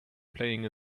playing